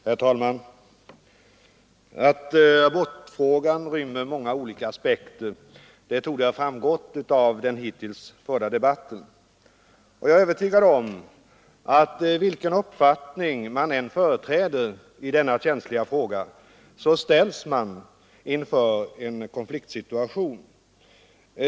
Herr talman! Att abortfrågan rymmer många olika aspekter torde ha framgått av den hittills förda debatten. Jag är övertygad om att vilken uppfattning man än företräder i denna känsliga fråga, så ställs man ändå inför en konfliktsituation.